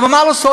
אבל מה לעשות,